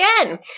again